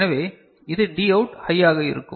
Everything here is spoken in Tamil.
எனவே இது Dஅவுட் ஹையாக இருக்கும்